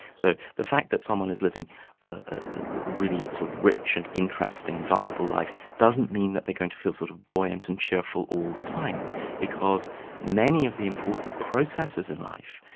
so the fact that someone is living a really sort of rich and interesting and viable life, doesn't mean that they're going to feel sort of buoyant and cheerful all the time because many of the important processes in life,